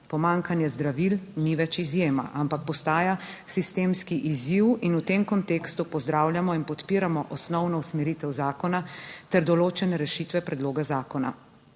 Pomanjkanje zdravil ni več izjema, ampak postaja sistemski izziv. In v tem kontekstu pozdravljamo in podpiramo osnovno usmeritev zakona ter določene rešitve predloga zakona.